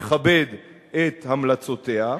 לכבד את המלצותיה.